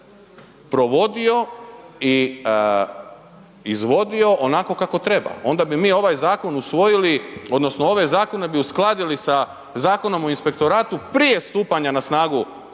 provodio i izvodio onako kako treba. Onda bi mi ovaj zakon usvojili, odnosno ove zakone bi uskladili sa Zakonom o inspektoratu prije stupanja na snagu